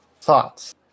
Thoughts